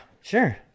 Sure